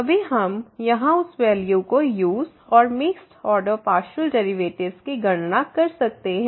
तभी हम यहां उस वैल्यू को यूज़ और मिक्स्ड ऑर्डर पार्शियल डेरिवेटिव की गणना कर सकते हैं